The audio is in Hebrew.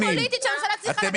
כי